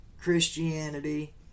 Christianity